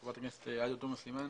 חברת הכנסת עאידה תומא סלימאן,